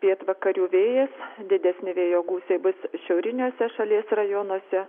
pietvakarių vėjas didesni vėjo gūsiai bus šiauriniuose šalies rajonuose